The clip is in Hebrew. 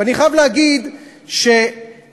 ואני חייב להגיד שאתמול,